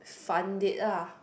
fund it lah